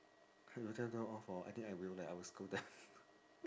tell them off hor I think I will leh I will scold them